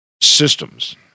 systems